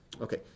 Okay